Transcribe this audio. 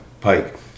Pike